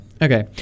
Okay